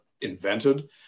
invented